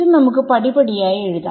ഇത് നമുക്ക് പടിപടിയായി എഴുതാം